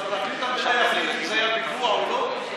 אז פרקליט המדינה יחליט אם זה היה פיגוע או לא?